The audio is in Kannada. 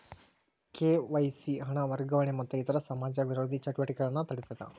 ಕೆ.ವಾಯ್.ಸಿ ಹಣ ವರ್ಗಾವಣೆ ಮತ್ತ ಇತರ ಸಮಾಜ ವಿರೋಧಿ ಚಟುವಟಿಕೆಗಳನ್ನ ತಡೇತದ